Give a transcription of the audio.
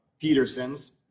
Peterson's